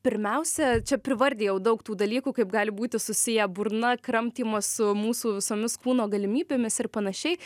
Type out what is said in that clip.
pirmiausia čia privardijau daug tų dalykų kaip gali būti susiję burna kramtymas su mūsų visomis kūno galimybėmis ir panašiai